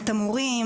את המורים,